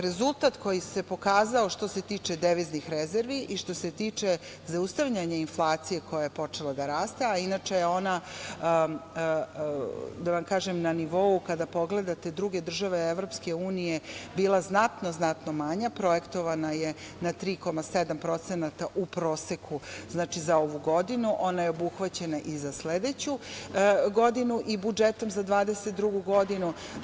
Rezultat koji se pokazao što se tiče deviznih rezervi i što se tiče zaustavljanja inflacije koja je počela da raste, a inače je ona na nivou, kada pogledate druge države EU, bila znatno, znatno manja, projektovana na 3,7% u proseku za ovu godinu, ona je obuhvaćena i za sledeću godinu i budžetom za 2022. godinu.